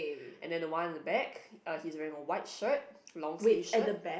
and then the one at the back uh he's wearing a white shirt long sleeved shirt